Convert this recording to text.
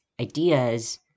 ideas